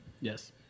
Yes